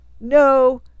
No